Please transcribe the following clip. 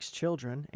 children